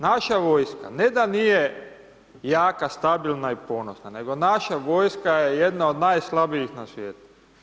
Naša vojska ne da nije jaka, stabilna i ponosna, nego naša vojska je jedna od najslabijih na svijetu.